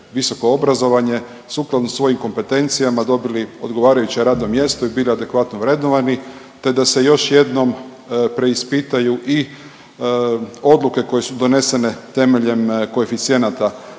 visoko obrazovanje sukladno svojim kompetencijama dobili odgovarajuća radna mjesta i bili adekvatno vrednovani te da se još jednom preispitaju i odluke koje su donesene temeljem koeficijenata